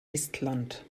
estland